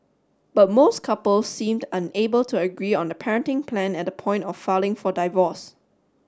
but most couples seemed unable to agree on the parenting plan at the point of filing for divorce